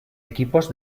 equipos